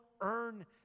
earn